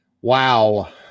Wow